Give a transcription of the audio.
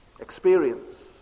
experience